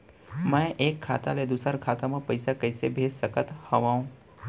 मैं एक खाता ले दूसर खाता मा पइसा कइसे भेज सकत हओं?